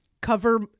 cover